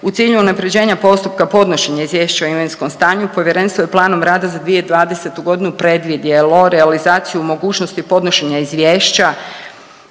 U cilju unaprjeđenja postupka podnošenja izvješća o imovinskom stanju povjerenstvo je planom rada za 2020.g. predvidjelo realizaciju mogućnosti podnošenja izvješća